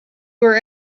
were